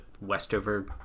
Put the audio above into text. Westover